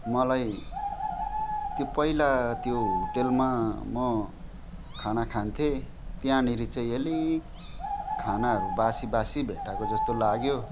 मलाई त्यो पहिला त्यो होटलमा म खाना खान्थेँ त्यहाँनिर चाहिँ अलिक खानाहरू बासी बासी भेट्टाएको जस्तो लाग्यो